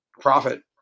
profit